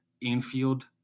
infield